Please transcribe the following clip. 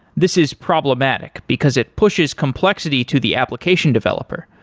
this is problematic, because it pushes complexity to the application developer.